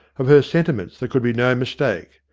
of her sentiments there could be no mistake.